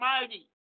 mighty